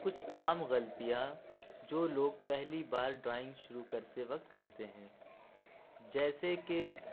کچھ عام غلطیاں جو لوگ پہلی بار ڈرائنگ شروع کرتے وقت کرتے ہیں جیسے کہ